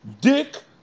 dick